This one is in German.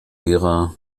ära